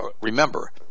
remember